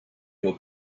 your